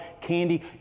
candy